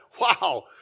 wow